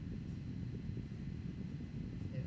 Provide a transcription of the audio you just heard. yeah